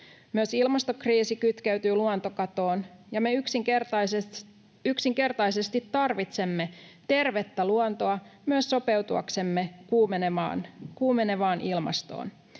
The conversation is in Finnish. Myös ilmastokriisi kytkeytyy luontokatoon, ja me yksinkertaisesti tarvitsemme tervettä luontoa myös sopeutuaksemme kuumenevaan ilmastoon.